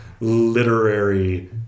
literary